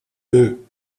will